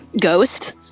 ghost